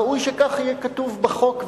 ראוי שכך יהיה כתוב בחוק,